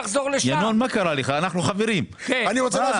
אני אמקד